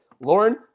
Lauren